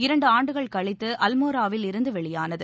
இரன்டு ஆண்டுகள் கழித்து அல்மொராவில் இருந்து வெளியானது